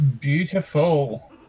Beautiful